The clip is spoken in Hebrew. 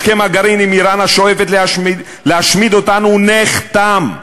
הסכם הגרעין עם איראן, השואפת להשמיד אותנו, נחתם,